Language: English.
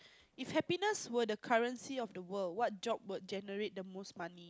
if happiness were the currency of the world what job would generate the most money